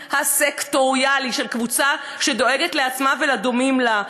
הסקטוריאלי של קבוצה שדואגת לעצמה ולדומים לה,